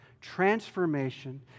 transformation